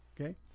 okay